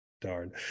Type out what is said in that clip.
darn